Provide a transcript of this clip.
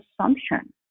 assumption